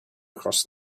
across